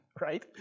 Right